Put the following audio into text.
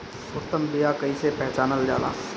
उत्तम बीया कईसे पहचानल जाला?